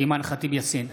אימאן ח'טיב יאסין,